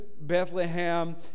Bethlehem